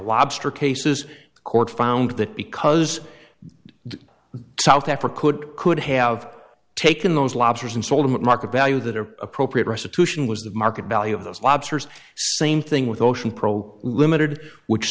lobster cases court found that because the south africa could could have taken those lobsters and sold them at market value that are appropriate restitution was the market value of those lobsters same thing with ocean pro limited which